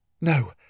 No